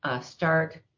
start